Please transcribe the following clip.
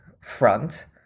front